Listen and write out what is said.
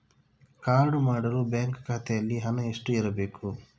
Card ಮಾಡಲು bank ಖಾತೆಯಲ್ಲಿ ಹಣ ಎಷ್ಟು ಇರಬೇಕು?